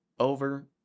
Over